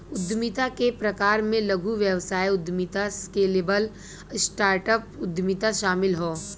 उद्यमिता के प्रकार में लघु व्यवसाय उद्यमिता, स्केलेबल स्टार्टअप उद्यमिता शामिल हौ